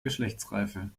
geschlechtsreife